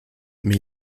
mais